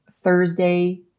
Thursday